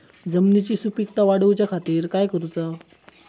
जमिनीची सुपीकता वाढवच्या खातीर काय करूचा?